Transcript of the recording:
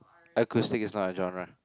acoustic is not a genre